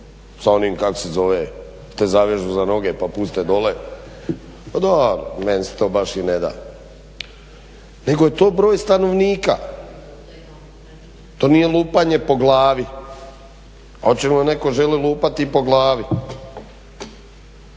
sa onim kad te zavežu za noge pa puste dole, meni se to baš i neda. Nego je to broj stanovnika, to nije lupanje po glavi, a očigledno netko želi lupati po glavi.